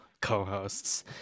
co-hosts